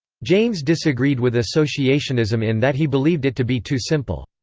james disagreed with associationism in that he believed it to be too simple.